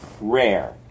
rare